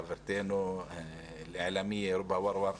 חברתנו רובא וורוור,